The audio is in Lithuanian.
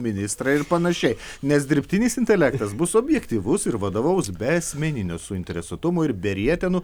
ministrai ir panašiai nes dirbtinis intelektas bus objektyvus ir vadovaus be asmeninio suinteresuotumo ir be rietenų